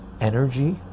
energy